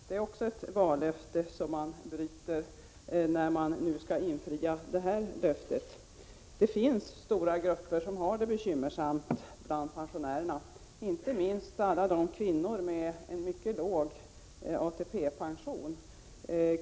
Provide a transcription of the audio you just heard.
Det är också ett vallöfte, som man bryter när man nu ska infria det här löftet. Det finns stora grupper som har det besvärligt bland pensionärerna, inte minst alla kvinnor med mycket låg ATP-pension.